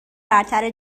برتر